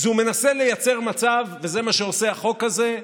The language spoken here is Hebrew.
הוא מנסה לייצר מצב, וזה מה שעושה החוק הזה,